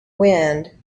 wind